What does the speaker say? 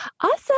Awesome